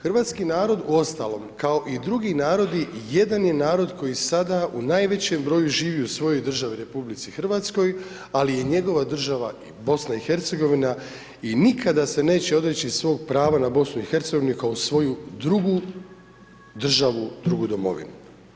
Hrvatski narod, uostalom, kao i drugi narodi jedan je narod koji sada u najvećem broju živi u svojoj državi, RH, ali je njegova država i BiH i nikada se neće odreći svog prava na BiH kao svoju drugu državu, drugu domovinu.